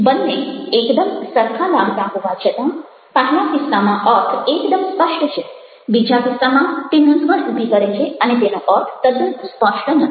બન્ને એકદમ સરખા લાગતા હોવા છતાં પહેલા કિસ્સામાં અર્થ એકદમ સ્પષ્ટ છે બીજા કિસ્સામાં તે મૂંઝવણ ઉભી કરે છે અને તેનો અર્થ તદ્દન સ્પષ્ટ નથી